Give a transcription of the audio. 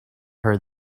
her